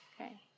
Okay